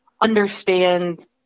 understand